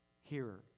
Hearer